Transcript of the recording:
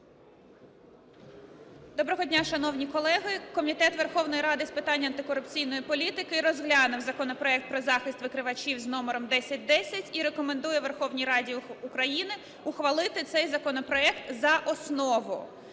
Доброго дня, шановні колеги! Комітет Верховної Ради з питань антикорупційної політики розглянув законопроект про захист викривачів з номером 1010 і рекомендує Верховній Раді України ухвалити цей законопроект за основу.